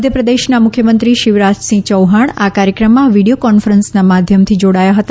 મધ્યપ્રદેશના મુખ્યમંત્રી શિવરાજ સિંહ ચૌહાણ આ કાર્યક્રમમાં વિડીઓ કોન્ફરન્સના માધ્યમથી જોડાયા હતા